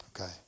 Okay